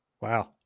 Wow